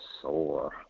sore